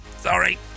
Sorry